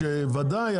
ודאי,